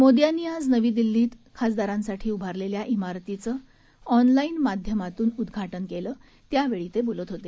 मोदी यांनी आज नवी दिल्लीत खासदारांसाठी उभारलेल्या इमारतींचं ऑनलाईन माध्यमातून उद्घाटन केलं त्यावेळी ते बोलत होते